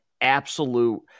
absolute